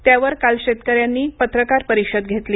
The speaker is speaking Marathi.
त्यावर काल शेतकऱ्यांनी पत्रकार परिषद घेतली